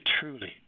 truly